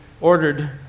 ordered